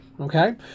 okay